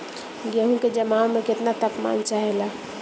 गेहू की जमाव में केतना तापमान चाहेला?